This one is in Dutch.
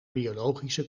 biologische